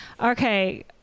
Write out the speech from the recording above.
Okay